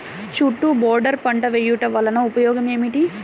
చుట్టూ బోర్డర్ పంట వేయుట వలన ఉపయోగం ఏమిటి?